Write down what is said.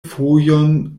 fojon